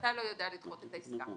ואתה לא יודע לדחות את העסקה.